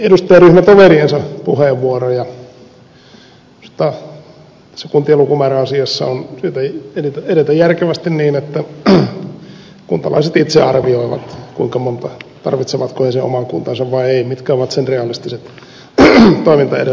minusta tässä kuntien lukumääräasiassa on syytä edetä järkevästi niin että kuntalaiset itse arvioivat tarvitsevatko he sen oman kuntansa vai eivät mitkä ovat sen realistiset toimintaedellytykset ja mitkä eivät